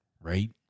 Right